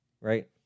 right